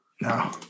No